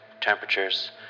temperatures